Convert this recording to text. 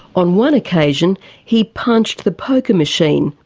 on one occasion he punched the poker machine,